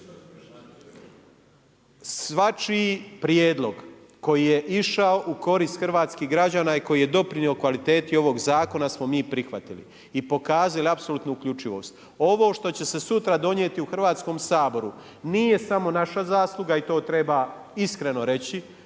Svačiji prijedlog koji je išao u korist hrvatskih građana i koji je doprinio kvaliteti ovog zakona smo mi prihvatili i pokazali apsolutnu uključivost. Ovo što će se sutra donijeti u Hrvatskom saboru nije samo naša zasluga i to treba iskreno reći,